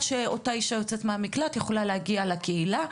שאותה אישה שיוצאת מן המקלט תוכל להגיע לקהילה,